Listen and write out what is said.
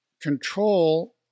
control